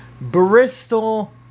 Bristol